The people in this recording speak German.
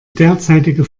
derzeitige